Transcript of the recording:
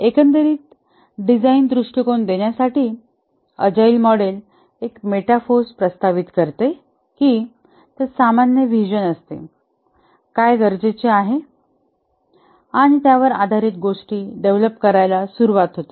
एकंदरीत डिझाईन दृष्टीकोन देण्यासाठी अजाईल मॉडेल एक मेटाफोर्स प्रस्तावित करते कि त्यात सामान्य व्हिजन असते काय गरजेचे आहे आणि त्यावर आधारित गोष्टी डेव्हलप करायला सुरवात होते